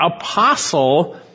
apostle